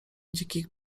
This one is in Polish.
dzikich